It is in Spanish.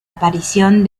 aparición